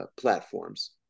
platforms